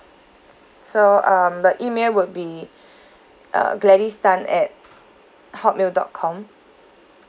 so um the email would be uh gladys tan at hotmail dot com